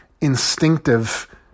instinctive